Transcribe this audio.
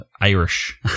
Irish